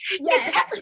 Yes